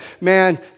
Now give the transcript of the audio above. man